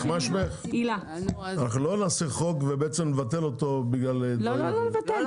אנחנו לא נעשה חוק ובעצם נבטל אותו בגלל זה.